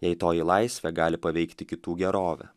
jei toji laisvė gali paveikti kitų gerovę